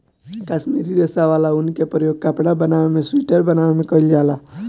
काश्मीरी रेशा वाला ऊन के प्रयोग कपड़ा बनावे में सुइटर बनावे में कईल जाला